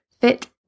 FIT